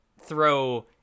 throw